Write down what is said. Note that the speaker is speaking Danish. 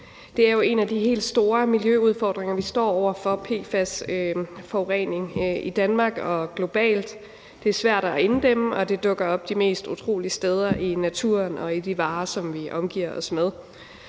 er jo en af de helt store miljøudfordringer, vi står over for i Danmark og globalt. Det er svært at inddæmme, og det dukker op de mest utrolige steder i naturen og i de varer, som vi anvender.